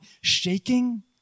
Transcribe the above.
shaking